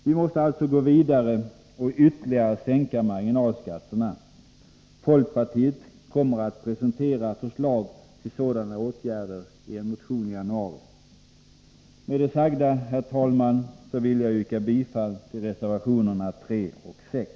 Vi måste alltså gå vidare och ytterligare sänka marginalskatterna. Folkpartiet kommer att presentera förslag till sådana åtgärder i en motion i januari. Herr talman! Med det sagda vill jag yrka bifall till reservationerna 3 och 6.